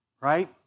right